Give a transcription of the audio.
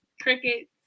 Crickets